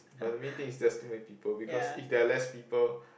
but the main thing is there's too many people because if there are less people